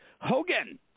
Hogan